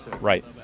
right